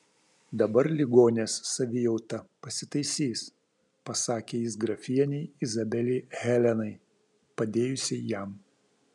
dabar ligonės savijauta pasitaisys pasakė jis grafienei izabelei helenai padėjusiai jam